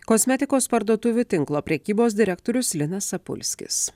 kosmetikos parduotuvių tinklo prekybos direktorius linas apulskis